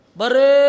bare